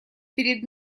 перед